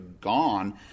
gone